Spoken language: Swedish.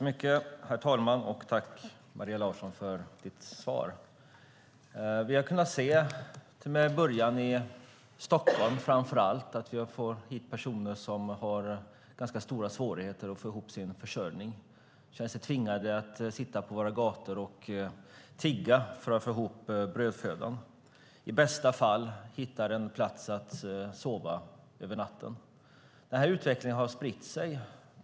Herr talman! Tack, Maria Larsson, för ditt svar! Vi har, med början framför allt i Stockholm, kunnat se att vi får hit personer som har ganska stora svårigheter att få ihop sin försörjning och som känner sig tvingade att sitta på våra gator och tigga för att få ihop till brödfödan. I bästa fall hittar de en plats att sova över natten. Den utvecklingen har spritt sig.